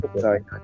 Sorry